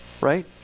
right